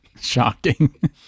Shocking